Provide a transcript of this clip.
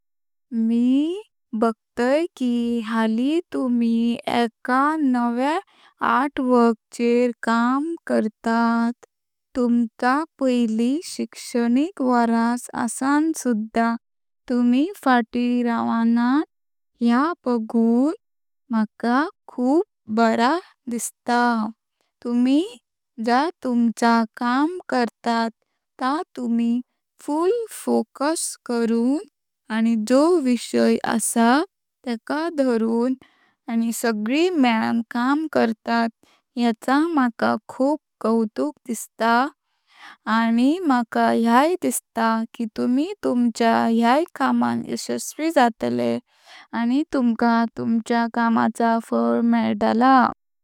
मी बग्तय की हाळी तुमी एका नव्या आर्ट वर्क घर काम करतात। तुमचा पहिले शिक्षाणिक वोरस आसण सुध्दा तुमी फाटी रवानात ह्या बगून मका खुब बरा दिसता। तुमी जा तुमचा काम करतात ता तुमी फुल फोकस करुन आनी जो विषय आसा तेका धरुन आनी सगली मेलन काम करतात ह्येचा मका खुब कौतुक दिसता आनी मका ह्याय दिसता की तुमी तुमच्या ह्याय कामान यशस्वी जाताले आनी तुमका तुमच्या कामाचा फल मेलतला।